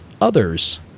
Others